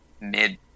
mid